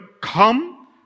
come